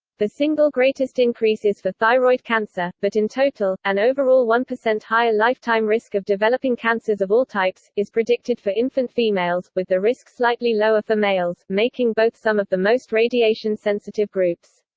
the single greatest increase is for thyroid cancer, but in total, an overall one percent higher lifetime risk of developing cancers of all types, is predicted for infant females, with the risk slightly lower for males, making both some of the most radiation-sensitive groups.